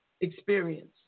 experience